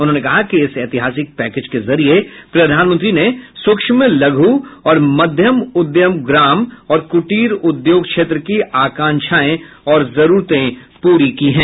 उन्होंने कहा कि इस ऐतिहासिक पैकेज के जरिए प्रधानमंत्री ने सूक्ष्म लघु और मध्य उद्यम ग्राम और कुटीर उद्योग क्षेत्र की आकांक्षाएं और जरूरतें पूरी की हैं